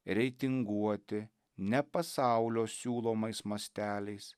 reitinguoti ne pasaulio siūlomais masteliais